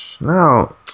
Now